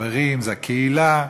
החברים והקהילה.